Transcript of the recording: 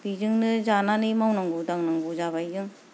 बेजोंनो जानानै मावनांगौ दांनांगौ जाबाय जों